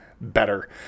better